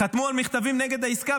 -- חתמו על מכתבים נגד העסקה,